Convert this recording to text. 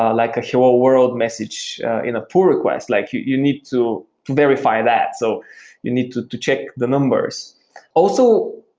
ah like a hello world message in a pool request. like you you need to verify that, so you need to to check the numbers also,